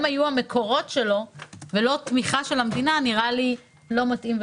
הם היו המקורות שלו ולא תמיכה של המדינה נראה לי לא מתאים.